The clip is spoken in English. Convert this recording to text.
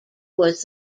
was